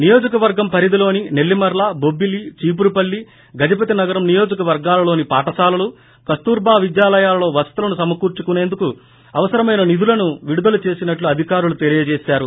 నియోజక వర్గం పరిధిలోని నెల్లిమర్ల బొబ్బిలీ చీపురుపల్లి గజపతినగరం నియోజక వర్గాలలోని పాఠశాలలు కస్తూర్భా విద్యాలయాలలో వసతులను సమకూర్చుకుసేందుకు అవసరమైన నిధులను విడుదల చేసినట్లు అధికారులు తెలియజేశారు